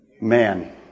man